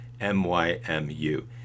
MYMU